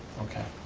okay,